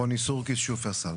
רוני סורקיס, שופרסל.